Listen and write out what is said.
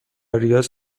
ریاض